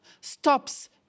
stops